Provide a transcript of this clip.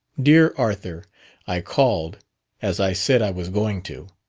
dear arthur i called as i said i was going to.